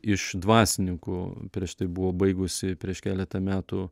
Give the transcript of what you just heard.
iš dvasininkų prieš tai buvo baigusi prieš keletą metų